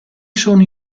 sono